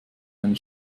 einen